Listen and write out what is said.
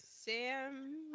Sam